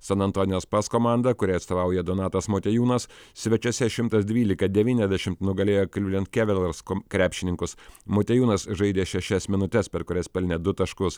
san antonio spurs komanda kuriai atstovauja donatas motiejūnas svečiuose šimtas dvylika devyniasdešimt nugalėjo cleveland cavaliers kom krepšininkus motiejūnas žaidė šešias minutes per kurias pelnė du taškus